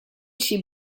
she